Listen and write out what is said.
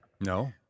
No